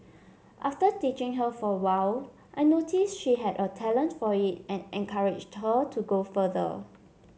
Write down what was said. after teaching her for a while I noticed she had a talent for it and encouraged her to go further